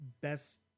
best